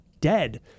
dead